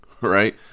right